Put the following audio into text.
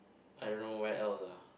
I don't know where else ah